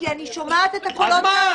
כי אני שומעת את הקולות האלה --- אז מה?